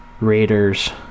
Raiders